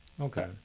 Okay